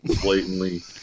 blatantly